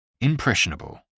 Impressionable